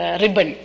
ribbon